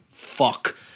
Fuck